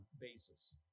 basis